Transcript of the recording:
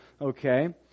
okay